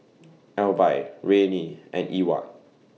Alby Rayne and Ewart